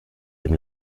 dem